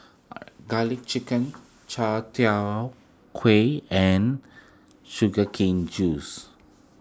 Garlic Chicken Chai Tow Kuay and Sugar Cane Juice